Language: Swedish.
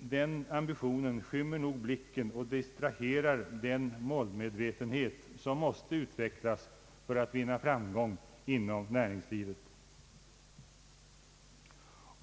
Den ambitionen skymmer nog blicken och distraherar den målmedvetenhet som måste utvecklas för att man skall vinna framgång inom näringslivet.